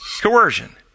coercion